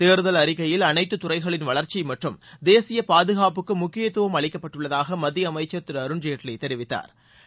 தேர்தல் அறிக்கையில் அனைத்து துறைகளின் வளர்ச்சி மற்றும் தேசிய பாதுகாப்புக்கு முக்கியத்துவம் அளிக்கப்பட்டுள்ளதாக மத்திய அமைச்சர் திரு அருண்ஜேட்லி தெரிவித்தாா்